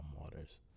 waters